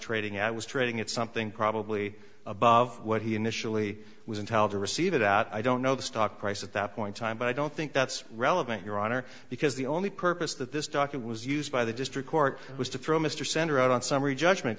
trading at was trading at something probably above what he initially was intel to receive it out i don't know the stock price at that point time but i don't think that's relevant your honor because the only purpose that this doctor was used by the district court was to throw mr center out on summary judgment